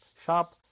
Sharp